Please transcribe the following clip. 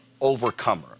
Overcomer